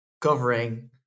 covering